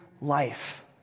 life